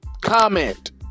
comment